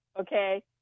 okay